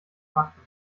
fakten